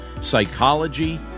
psychology